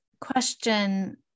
question